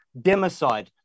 democide